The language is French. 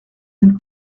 nulle